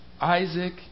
Isaac